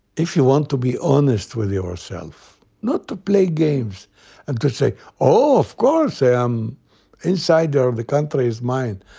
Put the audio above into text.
if you want to be honest with yourself, not to play games, and to say oh, of course, i am insider, the country is mine